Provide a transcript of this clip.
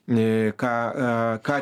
nei ką ką